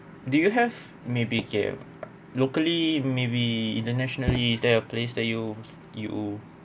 do you have maybe okay locally maybe internationally is there a place that you you